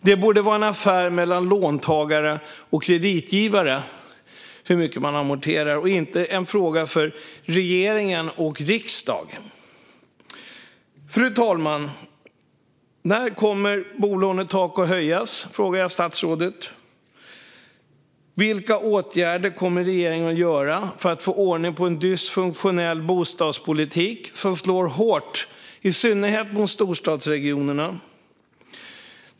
Det borde vara en affär mellan låntagare och kreditgivare hur mycket som ska amorteras och inte en fråga för regeringen och riksdagen. Fru talman! När kommer bolånetaket att höjas? Vilka åtgärder kommer regeringen att vidta för att få ordning på en dysfunktionell bostadspolitik som slår hårt i synnerhet mot storstadsregionerna?